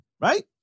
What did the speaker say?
right